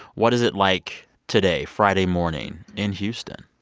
what is it like today, friday morning, in houston?